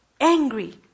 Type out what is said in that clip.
angry